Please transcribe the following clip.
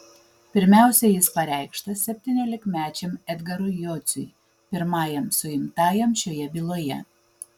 pirmiausiai jis pareikštas septyniolikmečiam edgarui jociui pirmajam suimtajam šioje byloje